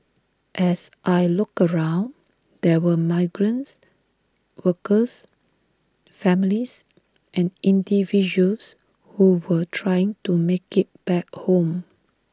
as I looked around there were migrants workers families and individuals who were trying to make IT back home